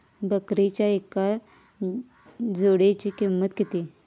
बकरीच्या एका जोडयेची किंमत किती?